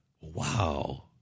Wow